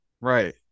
right